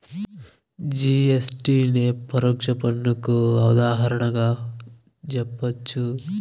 GST నే పరోక్ష పన్నుకు ఉదాహరణగా జెప్పచ్చు